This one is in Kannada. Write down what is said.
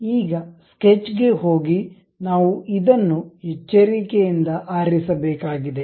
ಈಗ ಸ್ಕೆಚ್ಗೆ ಹೋಗಿ ನಾವು ಇದನ್ನು ಎಚ್ಚರಿಕೆಯಿಂದ ಆರಿಸಬೇಕಾಗಿದೆ